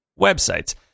websites